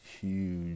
huge